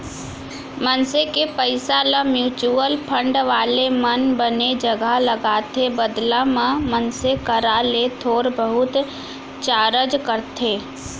मनसे के पइसा ल म्युचुअल फंड वाले मन बने जघा लगाथे बदला म मनसे करा ले थोर बहुत चारज करथे